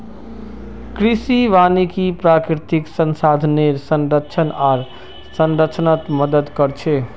कृषि वानिकी प्राकृतिक संसाधनेर संरक्षण आर संरक्षणत मदद कर छे